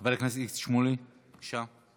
חבר הכנסת איציק שמולי, בבקשה.